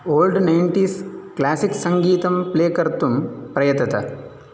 old nineties classic सङ्गीतं play कर्तुं प्रयतत